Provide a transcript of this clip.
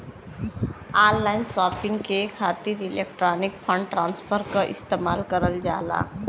online shopping के खातिर electronic fund transfer क इस्तेमाल करल जाला